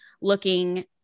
looking